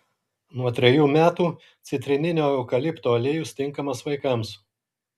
nuo trejų metų citrininio eukalipto aliejus tinkamas vaikams